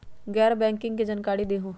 गैर बैंकिंग के जानकारी दिहूँ?